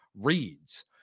reads